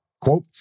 Quote